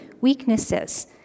weaknesses